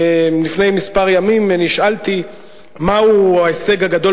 לפני כמה ימים נשאלתי מהו ההישג הגדול